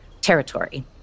territory